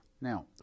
Now